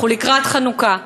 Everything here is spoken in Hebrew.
אנחנו לקראת חנוכה,